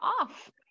off